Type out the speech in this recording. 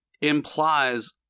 implies